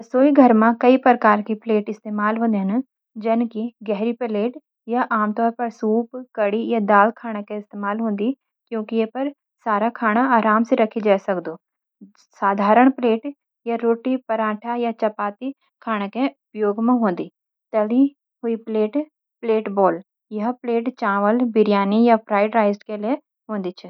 रसोईघर में कई प्रकार की प्लेटें इस्तेमाल हों दीन, जन की: गहरी प्लेट – यह आमतौर पर सूप, करी या दाल खाने के लिए इस्तेमाल होदी, क्योंकि इ पर सारा खाना आराम से रखा जा सकदु । साधारण प्लेट – यह रोटियां, पराठे या चपाती खाने के लिए उपयोग म होदी। तली हुई प्लेट (प्लेट-बोल) – यह प्लेट चावल, बिरयानी या फ्राइड राइस के लिए होदी छ।